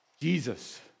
Jesus